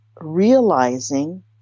realizing